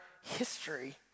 history